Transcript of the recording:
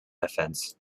offence